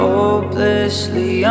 Hopelessly